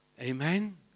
Amen